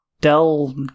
Dell